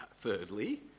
Thirdly